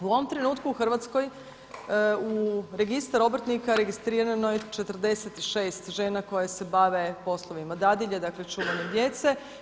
U ovom trenutku u Hrvatskoj u registar obrtnika registrirano je 46 žena koje se bave poslovima dadilja, dakle čuvanjem djece.